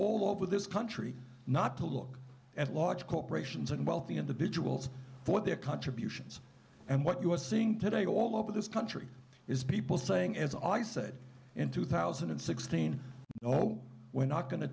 all over this country not to look at large corporations and wealthy individuals for their contributions and what you are seeing today all over this country is people saying as i said in two thousand and sixteen we're not going to